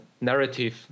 narrative